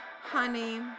honey